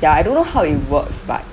ya I don't know how it works but